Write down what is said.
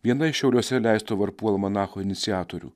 viena iš šiauliuose leisto varpų almanacho iniciatorių